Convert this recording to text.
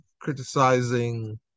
criticizing